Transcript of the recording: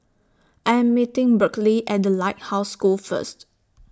I Am meeting Berkley At The Lighthouse School First